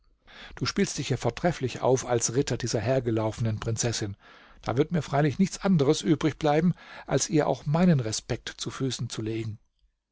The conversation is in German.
du spielst dich ja vortrefflich auf als ritter dieser hergelaufenen prinzessin da wird mir freilich nichts anderes übrig bleiben als ihr auch meinen respekt zu füßen zu legen